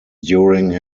during